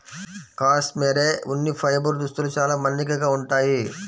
cashmere ఉన్ని fibre దుస్తులు చాలా మన్నికగా ఉంటాయి